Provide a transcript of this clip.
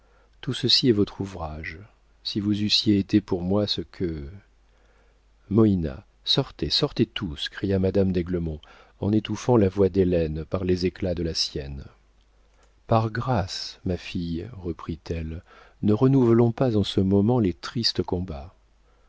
tout ceci est votre ouvrage si vous eussiez été pour moi ce que moïna sortez sortez tous cria madame d'aiglemont en étouffant la voix d'hélène par les éclats de la sienne par grâce ma fille reprit-elle ne renouvelons pas en ce moment les tristes combats